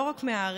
לא רק מהארץ,